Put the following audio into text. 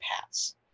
paths